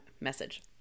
message